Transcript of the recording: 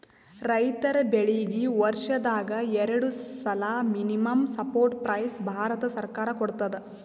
ರೈತರ್ ಬೆಳೀಗಿ ವರ್ಷದಾಗ್ ಎರಡು ಸಲಾ ಮಿನಿಮಂ ಸಪೋರ್ಟ್ ಪ್ರೈಸ್ ಭಾರತ ಸರ್ಕಾರ ಕೊಡ್ತದ